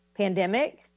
pandemic